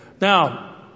Now